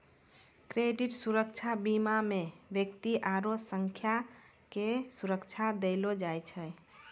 credit सुरक्षा बीमा मे व्यक्ति आरु संस्था के सुरक्षा देलो जाय छै